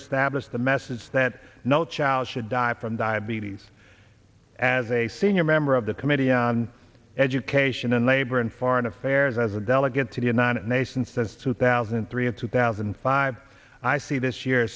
establish the message that no child should die from diabetes as a senior member of the committee on education and labor and foreign affairs as a delegate to the united nations says two thousand and three of two thousand and five i see this year